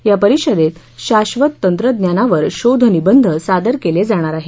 या परिषदेत शाश्वत तंत्रज्ञानवर शोध निबंध सादर केले जाणार आहेत